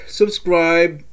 subscribe